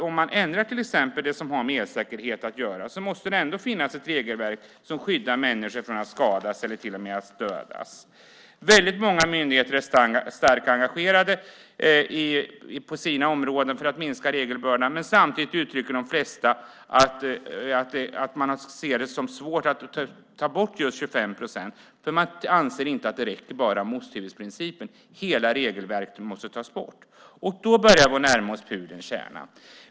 Om man ändrar till exempel det som har med elsäkerhet att göra måste det ändå finnas ett regelverk som skyddar människor från att skadas eller till och med dödas. Väldigt många myndigheter är starkt engagerade på sina områden för att minska regelbördan, men samtidigt uttrycker de flesta att man ser det som svårt att ta bort 25 procent. Man anser att det inte räcker med osthyvelsprincipen. Hela regelverk måste tas bort. Då börjar vi närma oss pudelns kärna.